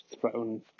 thrown